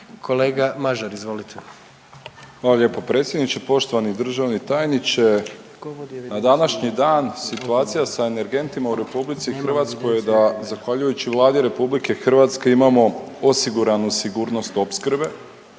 **Mažar, Nikola (HDZ)** Hvala lijepo predsjedniče. Poštovani državni tajniče na današnji dan situacija sa energentima u RH je da zahvaljujući Vladi RH imamo osiguranu sigurnost opskrbe,